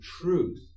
truth